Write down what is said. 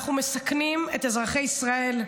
אנחנו מסכנים את אזרחי ישראל.